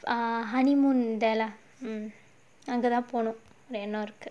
err honeymoon in there lah mm அங்க தான் போனும்:anga thaan ponum